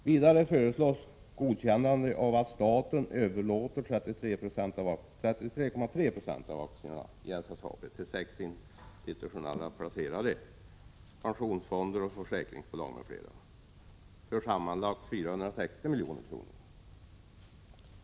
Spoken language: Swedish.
Vidare föreslås godkännande av att staten överlåter 33,3 76 av aktierna till sex institutionella placerare — pensionsfonder, försäkringsbolag m.fl. — för sammanlagt 460 milj.kr.